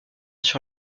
sur